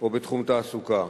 או בתחום תעסוקה.